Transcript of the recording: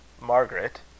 Margaret